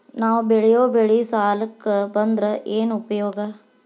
ನಾವ್ ಬೆಳೆಯೊ ಬೆಳಿ ಸಾಲಕ ಬಂದ್ರ ಏನ್ ಉಪಯೋಗ?